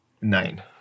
Nine